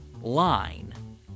line